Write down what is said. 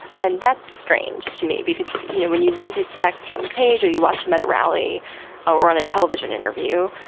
and that's strange to me because, you know, when you read his text on the page or you watch him at a rally or on a television interview,